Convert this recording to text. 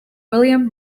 william